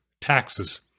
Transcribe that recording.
taxes